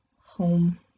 Home